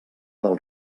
del